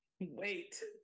Wait